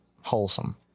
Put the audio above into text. wholesome